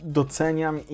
doceniam